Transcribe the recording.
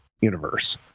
universe